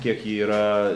kiek ji yra